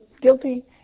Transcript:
guilty